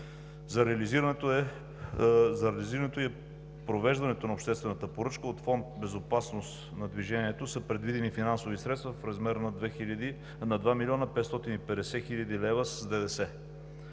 За реализирането и провеждането на обществената поръчка от фонд „Безопасност на движението“ са предвидени финансови средства в размер на 2 млн. 550 хил. лв. с ДДС.